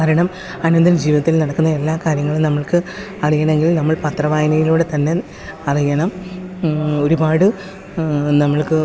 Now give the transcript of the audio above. കാരണം അനുദിനജീവിതത്തിൽ നടക്കുന്ന എല്ലാ കാര്യങ്ങളും നമ്മൾക്ക് അറിയണമെങ്കിൽ നമ്മൾ പത്രം വായനയിലൂടെ തന്നെ അറിയണം ഒരുപാട് നമ്മൾക്ക്